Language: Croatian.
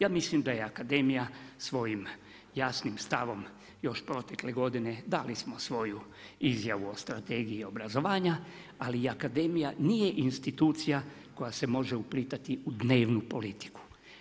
Ja mislim da je Akademija svojim jasnim stavom, još protekle godine, dali smo svoju izjavu o strategiji obrazovanja, ali Akademija nije institucija, koja se može upletati u dnevnu politiku.